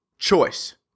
Choice